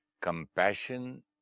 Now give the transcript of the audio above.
compassion